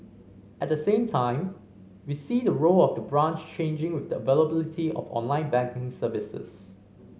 at the same time we see the role of the branch changing with the availability of online banking services